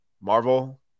Marvel